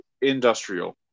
industrial